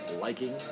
liking